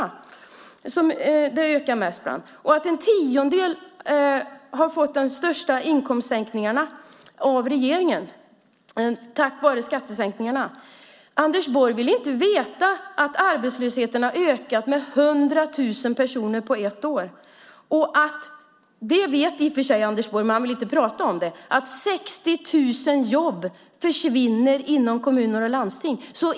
En tiondel av befolkningen har, tack vare skattesänkningarna, fått de största inkomstsänkningarna av regeringen. Anders Borg vill inte veta att arbetslösheten har ökat med 100 000 personer på ett år - i och för sig vet han det, men han vill inte prata om det - och att 60 000 jobb försvinner inom kommuner och landsting.